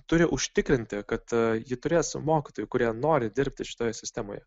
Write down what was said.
turi užtikrinti kad ji turės mokytojų kurie nori dirbti šitoje sistemoje